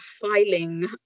filing